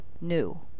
new